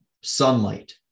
sunlight